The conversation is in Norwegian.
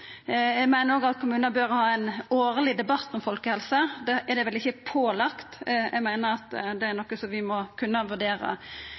Eg meiner òg at kommunar bør ha ein årleg debatt om folkehelse. Det er vel ikkje pålagt, eg meiner det er noko vi må kunna vurdera.